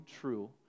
true